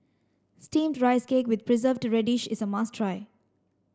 steamed rice cake with preserved radish is a must try